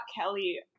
Kelly